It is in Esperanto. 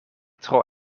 tro